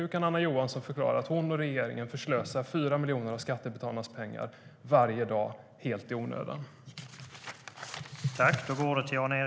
Hur kan Anna Johansson förklara att hon och regeringen förslösar 4 miljoner av skattebetalarnas pengar varje dag helt i onödan?